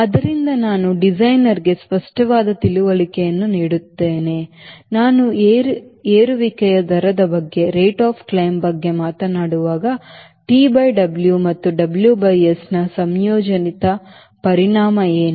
ಆದ್ದರಿಂದ ಇದು ಡಿಸೈನರ್ಗೆ ಸ್ಪಷ್ಟವಾದ ತಿಳುವಳಿಕೆಯನ್ನು ನೀಡುತ್ತದೆ ನಾನು ಏರಿಕೆಯ ದರದ ಬಗ್ಗೆ ಮಾತನಾಡುವಾಗ TW ಮತ್ತು WSನ ಸಂಯೋಜಿತ ಪರಿಣಾಮ ಏನು